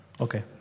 Okay